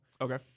okay